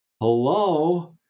Hello